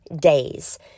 days